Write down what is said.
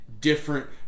different